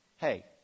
Hey